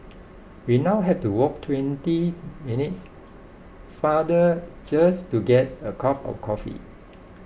we now have to walk twenty minutes farther just to get a cup of coffee